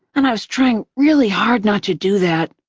and i was trying really hard not to do that.